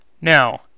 Now